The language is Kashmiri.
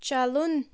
چلُن